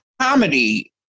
comedy